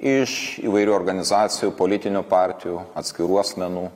iš įvairių organizacijų politinių partijų atskirų asmenų